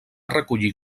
recollir